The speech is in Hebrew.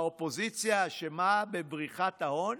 האופוזיציה אשמה בבריחת ההון?